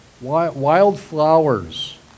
Wildflowers